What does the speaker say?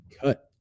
cut